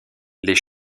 les